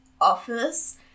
office